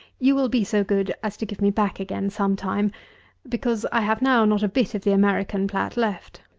you will be so good as to give me back again some time because i have now not a bit of the american plat left.